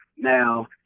Now